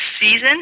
season